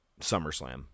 SummerSlam